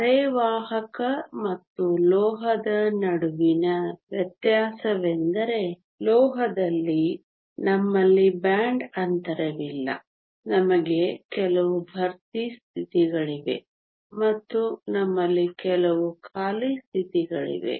ಅರೆವಾಹಕ ಮತ್ತು ಲೋಹದ ನಡುವಿನ ವ್ಯತ್ಯಾಸವೆಂದರೆ ಲೋಹದಲ್ಲಿ ನಮ್ಮಲ್ಲಿ ಬ್ಯಾಂಡ್ ಅಂತರವಿಲ್ಲ ನಮಗೆ ಕೆಲವು ಭರ್ತಿ ಸ್ಥಿತಿಗಳಿವೆ ಮತ್ತು ನಮ್ಮಲ್ಲಿ ಕೆಲವು ಖಾಲಿ ಸ್ಥಿತಿಗಳಿವೆ